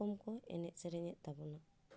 ᱨᱚᱠᱚᱢ ᱠᱚ ᱮᱱᱮᱡ ᱥᱮᱨᱮᱧ ᱮᱫ ᱛᱟᱵᱚᱱᱟ